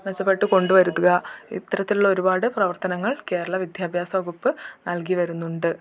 മെച്ചപ്പെട്ട് കൊണ്ടു വരുത്തുക ഇത്തരത്തിലുള്ള ഒരുപാട് പ്രവർത്തനങ്ങൾ കേരള വിദ്യാഭ്യാസ വകുപ്പ് നൽകി വരുന്നുണ്ട്